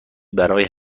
برای